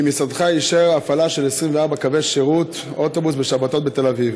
כי משרדך אישר הפעלה של 24 קווי שירות/אוטובוס בשבתות בתל אביב.